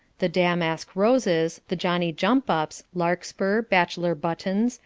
the damask roses, the johnny-jump-ups, larkspur, bachelor-buttons,